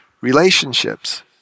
relationships